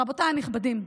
רבותיי הנכבדים,